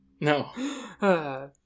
No